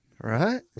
Right